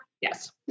Yes